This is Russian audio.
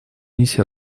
миссии